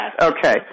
okay